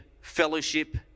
fellowship